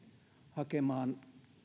hakemaan